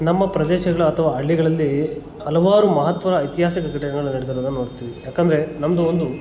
ನಮ್ಮ ಪ್ರದೇಶಗಳು ಅಥವಾ ಹಳ್ಳಿಗಳಲ್ಲಿ ಹಲವಾರು ಮಹತ್ವದ ಐತಿಹಾಸಿಕ ಘಟನೆಗಳು ನಡೆದಿರೋದನ್ನ ನೋಡ್ತೀವಿ ಯಾಕಂದರೆ ನಮ್ಮದು ಒಂದು